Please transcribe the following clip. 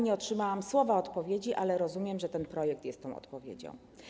Nie otrzymałam słowa odpowiedzi, ale rozumiem, że ten projekt jest tą odpowiedzią.